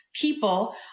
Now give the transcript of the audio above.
people